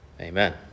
Amen